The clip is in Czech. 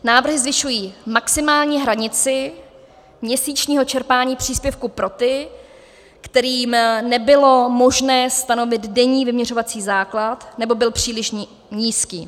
Návrhy zvyšují maximální hranici měsíčního čerpání příspěvku pro ty, kterým nebylo možné stanovit denní vyměřovací základ, nebo byl příliš nízký.